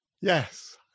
yes